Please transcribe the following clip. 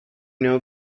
know